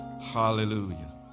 hallelujah